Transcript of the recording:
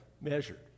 measured